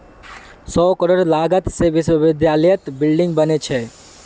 सौ करोड़ लागत से विश्वविद्यालयत बिल्डिंग बने छे